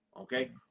Okay